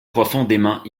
profondément